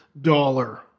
dollar